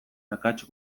akats